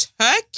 Turkey